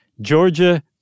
Georgia